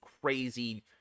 crazy